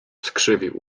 skrzywił